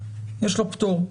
יש לו פטור,